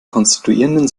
konstituierenden